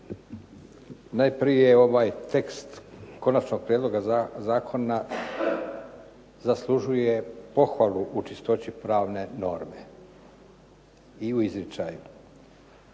Najprije ovaj tekst konačnog prijedloga zakona zaslužuje pohvalu u čistoći pravne norme i u izričaju.